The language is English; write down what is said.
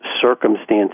circumstances